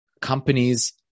Companies